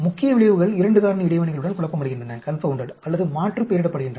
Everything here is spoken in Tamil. முக்கிய விளைவுகள் 2 காரணி இடைவினைகளுடன் குழப்பமடைகின்றன அல்லது மாற்றுப்பெயரிடப்படுகின்றன